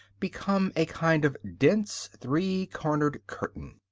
become a kind of dense, three-cornered curtain.